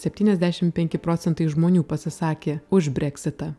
septyniasdešim penki procentai žmonių pasisakė už breksitą